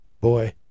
boy